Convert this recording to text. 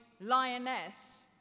lioness